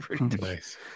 Nice